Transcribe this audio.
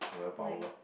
willpower